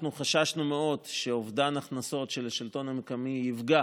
אנחנו חששנו מאוד שאובדן הכנסות של השלטון המקומי יפגע